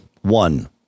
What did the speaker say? one